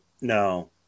no